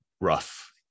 rough